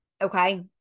okay